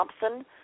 Thompson